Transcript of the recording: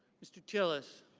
mr. tillis.